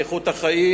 באיכות החיים,